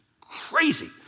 crazy